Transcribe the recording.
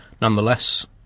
nonetheless